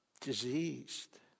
diseased